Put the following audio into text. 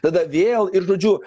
tada vėl ir žodžiu